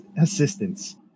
assistance